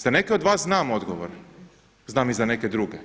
Za neke od vas znam odgovor, znam i za neke druge,